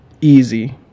easy